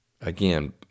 again